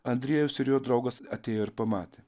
andriejus ir jo draugas atėjo ir pamatė